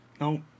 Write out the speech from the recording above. No